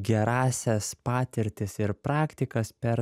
gerąsias patirtis ir praktikas per